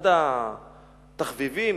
אחד התחביבים